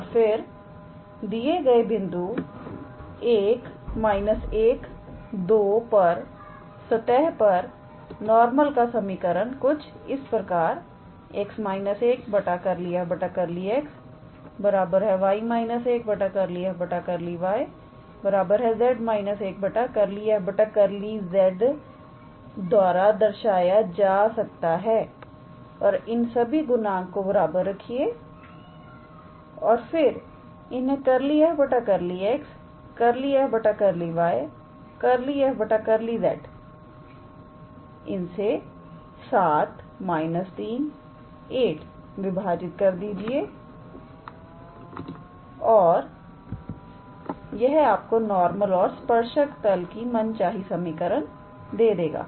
और फिर दिए गए बिंदु 1 −12 पर सतह पर नॉर्मल का समीकरण कुछ इस प्रकार 𝑋−1 𝜕𝑓 𝜕𝑥 𝑌−1 𝜕𝑓 𝜕𝑦 𝑍−1 𝜕𝑓 𝜕𝑧 द्वारा दर्शाया जा सकता है और इन सभी गुणांक को बराबर रखिए और फिर इन्हें 𝜕𝑓 𝜕𝑥 𝜕𝑓 𝜕𝑦 𝜕𝑓 𝜕𝑧 इनसे 7 −38 विभाजित कर दीजिए और यह आपको नॉर्मल और स्पर्शक तल की मनचाही समीकरण मिल जाएगी